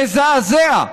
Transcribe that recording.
מזעזע,